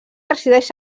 resideix